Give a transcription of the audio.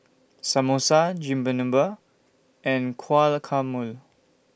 Samosa Chigenabe and Guacamole